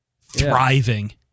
thriving